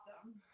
awesome